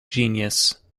genius